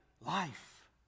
life